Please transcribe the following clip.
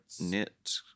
knit